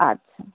আচ্ছা